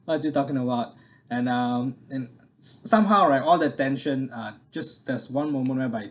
what is he talking about and um and somehow right all the tension uh just there's one moment whereby